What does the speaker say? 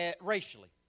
racially